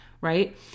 right